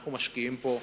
אנחנו משקיעים פה,